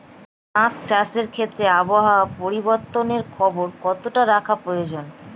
আখ চাষের ক্ষেত্রে আবহাওয়ার পরিবর্তনের খবর কতটা রাখা প্রয়োজন?